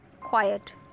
quiet